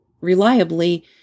reliably